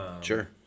Sure